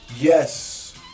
Yes